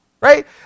right